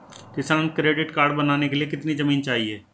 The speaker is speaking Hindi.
किसान क्रेडिट कार्ड बनाने के लिए कितनी जमीन चाहिए?